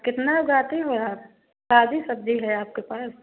कितना उगाती हो आप सारी सब्ज़ी है आपके पास